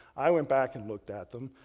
i went back and looked at them.